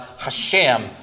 Hashem